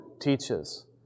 teaches